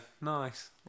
nice